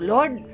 Lord